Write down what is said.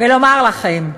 ולומר לכם,